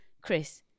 Chris